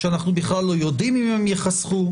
שאנחנו בכלל לא יודעים אם הם ייחסכו